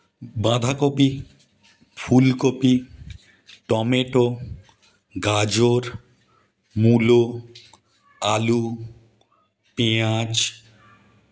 বাঁধাকপি ফুলকপি টমেটো গাজর মুলো আলু পেঁয়াজ